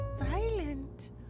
Violent